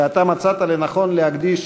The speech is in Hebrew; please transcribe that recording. ואתה מצאת לנכון להקדיש